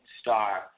star